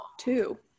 two